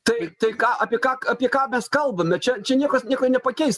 tai tai ką apie ką apie ką mes kalbame čia čia niekas nieko nepakeis